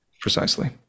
precisely